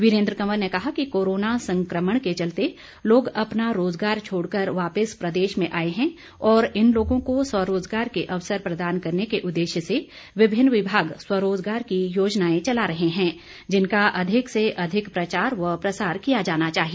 वीरेन्द्र कंवर ने कहा कि कोरोना संक्रमण के चलते लोग अपना रोज़गार छोड़कर वापिस प्रदेश में आए हैं और इन लोगों को स्वरोजगार के अवसर प्रदान करने के उद्देश्य से विभिन्न विभाग स्वरोज़गार की योजनाएं चला रहे हैं जिनका अधिक से अधिक प्रचार व प्रसार किया जाना चाहिए